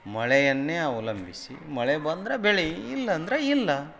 ಮಳೆಯನ್ನೇ ಅವಲಂಬಿಸಿ ಮಳೆ ಬಂದ್ರೆ ಬೆಳೆ ಇಲ್ಲಾಂದ್ರೆ ಇಲ್ಲ